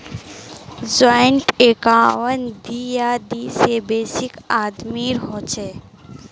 joint account दी या दी से बेसी आदमीर हछेक